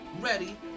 ready